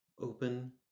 open